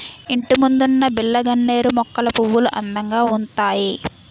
ఇంటిముందున్న బిల్లగన్నేరు మొక్కల పువ్వులు అందంగా ఉంతాయి